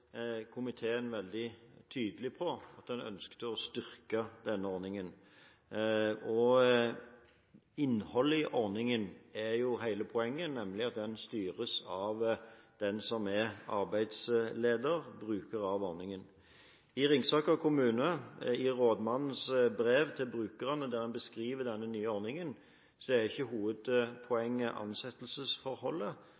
komiteen veldig tydelig på at en ønsket å styrke denne ordningen, og innholdet i ordningen er jo hele poenget, nemlig at den styres av den som er arbeidsleder, brukeren av ordningen. I rådmannens brev til brukerne i Ringsaker kommune, der en beskriver denne nye ordningen, er ikke